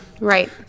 right